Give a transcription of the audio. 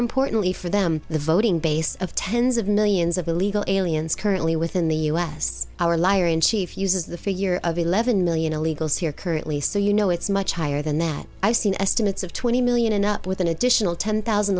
importantly for them the voting base of tens of millions of illegal aliens currently within the u s our liar in chief uses the figure of eleven million illegals here currently so you know it's much higher than that i've seen estimates of twenty million and up with an additional ten thousand